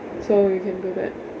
so you can do that